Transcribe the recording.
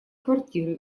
квартиры